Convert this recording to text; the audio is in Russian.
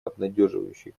обнадеживающие